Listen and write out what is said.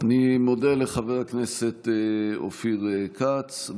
אני מודה לחבר הכנסת אופיר כץ,